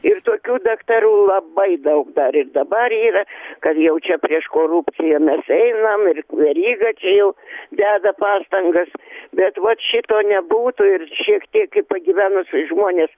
ir tokių daktarų labai daug dar ir dabar yra kad jau čia prieš korupciją mes einam ir veryga čia jau deda pastangas bet vat šito nebūtų ir šiek tiek į pagyvenusius žmones